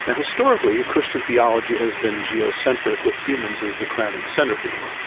historically, christian theology has been geocentric with humans as the crowning centerpiece.